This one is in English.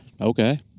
Okay